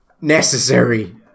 necessary